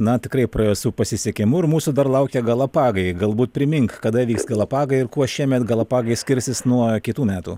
na tikrai praėjo su pasisekimu ir mūsų dar laukia galapagai galbūt primink kada vyks galapagai ir kuo šiemet galapagai skirsis nuo kitų metų